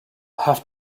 have